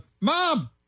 Mom